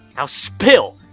now spill!